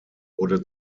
wurde